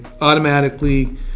automatically